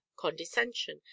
Condescension